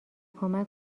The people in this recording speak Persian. کمک